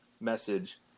message